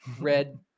red